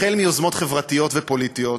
החל ביוזמות חברתיות ופוליטיות,